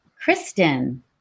Kristen